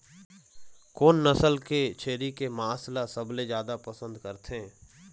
कोन नसल के छेरी के मांस ला सबले जादा पसंद करथे?